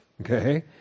Okay